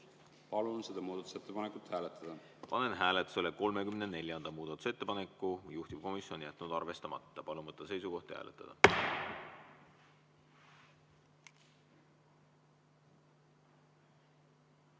Palun seda muudatusettepanekut hääletada. Panen hääletusele 39. muudatusettepaneku. Juhtivkomisjon on jätnud arvestamata. Palun võtta seisukoht ja hääletada!